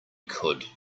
could